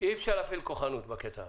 -- אי אפשר להפעיל כוחנות בקטע הזה.